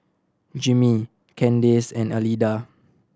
Jimmie Candace and Alida